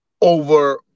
over